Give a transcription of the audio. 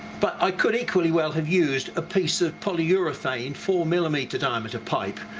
but i could equally well have used a piece of polyurethane four millimeter diameter pipe,